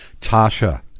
Tasha